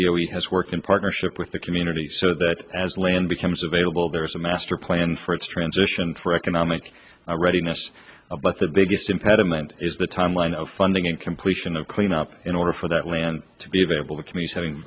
he has work in partnership with the community so that as land becomes available there is a master plan for a transition for economic readiness of but the biggest impediment is the timeline of funding and completion of cleanup in order for that land to be available to committees having